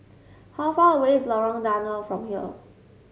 how far away is Lorong Danau from here